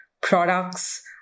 products